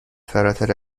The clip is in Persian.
فراتر